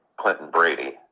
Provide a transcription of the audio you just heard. Clinton-Brady